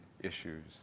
issues